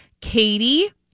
Katie